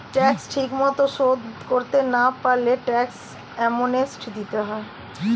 tax ঠিকমতো শোধ করতে না পারলে ট্যাক্স অ্যামনেস্টি দিতে হয়